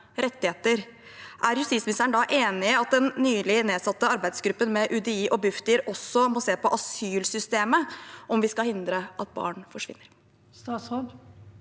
rettigheter. Er justisministeren da enig i at den nylig nedsatte arbeidsgruppen med UDI og Bufdir også må se på asylsystemet om vi skal hindre at barn forsvinner? Statsråd